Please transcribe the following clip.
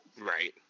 Right